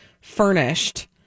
furnished